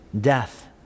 death